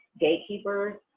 Gatekeepers